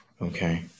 Okay